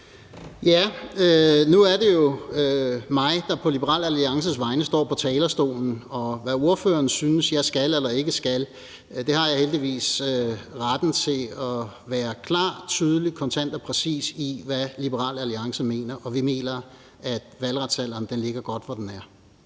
Nu er det jo mig, der på Liberal Alliances vegne står på talerstolen, og når det drejer sig om, hvad ordføreren synes, jeg skal eller ikke skal, har jeg heldigvis retten til at være klar, tydelig, kontant og præcis, i forhold til hvad Liberal Alliance mener, og vi mener, at valgretsalderen ligger godt der, hvor den er.